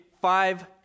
five